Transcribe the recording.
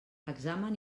examen